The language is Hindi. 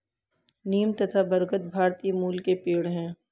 नीम तथा बरगद भारतीय मूल के पेड है